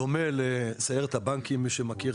דומה לסיירת הבנקים, מי שמכיר.